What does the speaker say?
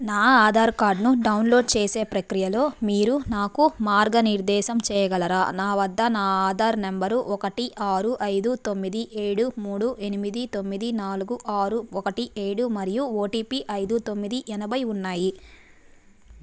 నా ఆధార్ కార్డ్ను డౌన్లోడ్ చేసే ప్రక్రియలో మీరు నాకు మార్గనిర్దేశం చేయగలరా నా వద్ద నా ఆధార్ నంబరు ఒకటి ఆరు ఐదు తొమ్మిది ఏడు మూడు ఎనిమిది తొమ్మిది నాలుగు ఆరు ఒకటి ఏడు మరియు ఓటిపి ఐదు తొమ్మిది ఎనభై ఉన్నాయి